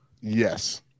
Yes